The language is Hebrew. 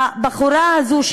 הבחורה הזו,